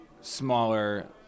smaller